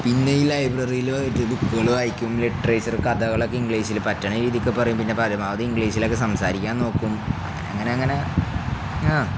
പിന്നെ ഈ ലൈബ്രറിയില് പോയിട്ട് ബുക്കുകള് വായിക്കും ലിറ്ററേച്ചർ കഥകളൊക്കെ ഇംഗ്ലീഷില് പറ്റുന്ന രീതിയിലൊക്കെ പറയും പിന്നെ പരമാവധി ഇംഗ്ലീഷിലൊക്കെ സംസാരിക്കാൻ നോക്കും അങ്ങനെയങ്ങനെ അങ്ങനെ ആ